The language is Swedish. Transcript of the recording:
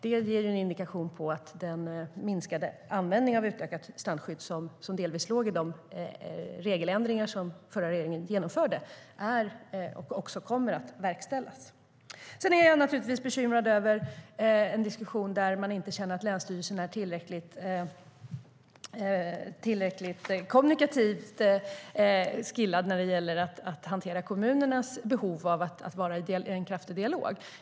Det ger en indikation på att den minskade användningen av utökat strandskydd som delvis låg i de regeländringar som den förra regeringen genomförde också kommer att verkställas. Sedan är jag naturligtvis bekymrad över en diskussion där man känner att länsstyrelsen inte är tillräckligt kommunikativt "skillad" när det gäller att hantera kommunernas behov av dialog.